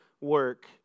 work